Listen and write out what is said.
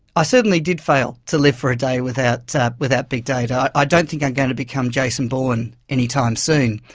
i certainly did fail to live for a day without without big data. i ah don't think i'm going to become jason bourne anytime soon.